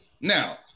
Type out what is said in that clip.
Now